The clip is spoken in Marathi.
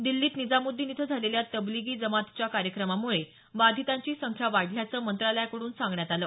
दिल्लीत निजामुद्दीन इथं झालेल्या तबलिगी जमातच्या कार्यक्रमामुळे बाधितांची संख्या वाढल्याचं मंत्रालयाकडून सांगण्यात आलं